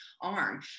arm